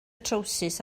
trowsus